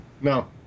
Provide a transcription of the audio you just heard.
no